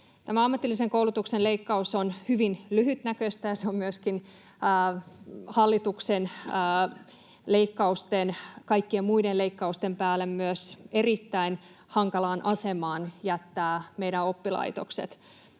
Tämä ammatillisen koulutuksen leikkaus on hyvin lyhytnäköistä, ja hallituksen kaikkien muiden leikkausten päälle se myös jättää meidän oppilaitokset